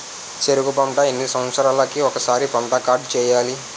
చెరుకు పంట ఎన్ని సంవత్సరాలకి ఒక్కసారి పంట కార్డ్ చెయ్యాలి?